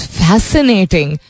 fascinating